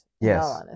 Yes